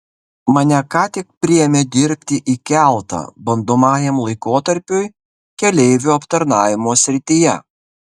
mane ką tik priėmė dirbti į keltą bandomajam laikotarpiui keleivių aptarnavimo srityje